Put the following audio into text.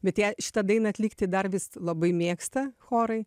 bet ją šitą dainą atlikti dar vis labai mėgsta chorai